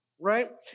right